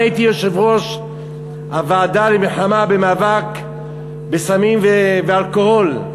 אני הייתי יושב-ראש הוועדה למאבק בסמים ואלכוהול,